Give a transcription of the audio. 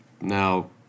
now